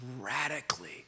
radically